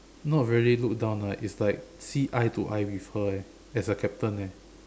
not really look down lah it's like see eye to eye with her eh as a captain eh